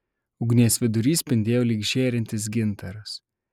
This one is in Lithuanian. ugnies vidurys spindėjo lyg žėrintis gintaras